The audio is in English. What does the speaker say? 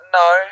no